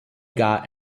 got